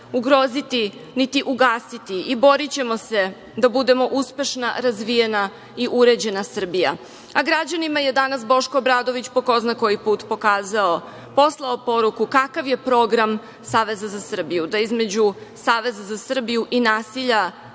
ugroziti, niti ugasiti i borićemo se da budemo uspešna razvijena i uređena Srbija, a građanima je danas Boško Obradović po ko zna koji put pokazao i poslao poruku kakav je program Saveza za Srbiju, da između Saveza za Srbiju i nasilja